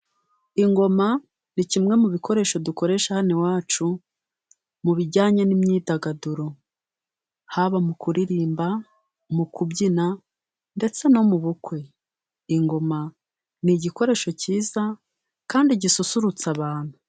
Ingoma ni kimwe mu bikoresho dukoresha hano iwacu mu bijyanye n'imyidagaduro, haba mu kuririmba mu kubyina ndetse no mu bukwe. Ingoma ni igikoresho cyiza kandi gisusurutsa abantu.